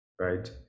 right